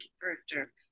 character